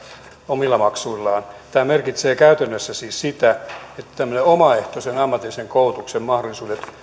omilla maksuillaan tämä merkitsee käytännössä siis sitä että tämmöisen omaehtoisen ammatillisen koulutuksen mahdollisuudet